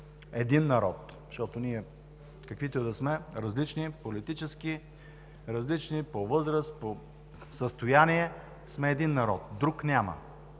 един народ, защото ние, каквито и да сме, различни политически, различни по възраст, по състояние, сме един народ, друг няма.